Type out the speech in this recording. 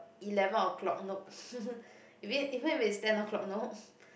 eleven O-clock nope eve~ even if it's ten O-clock nope